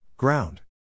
Ground